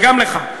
וגם לך.